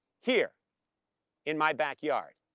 here in my backyard.